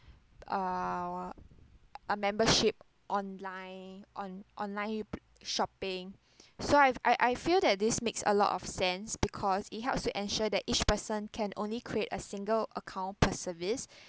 uh a membership online on online you shopping so I I I feel that this makes a lot of sense because it helps to ensure that each person can only create a single account per service